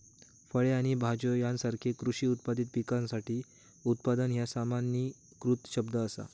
फळे आणि भाज्यो यासारख्यो कृषी उत्पादित पिकासाठी उत्पादन ह्या सामान्यीकृत शब्द असा